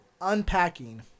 Unpacking